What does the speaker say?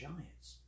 Giants